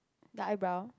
the eyebrow